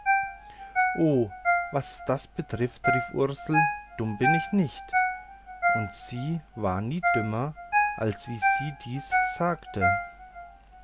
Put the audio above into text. oh was das betrifft rief ursel dumm bin ich nicht und sie war nie dümmer als wie sie dies sagte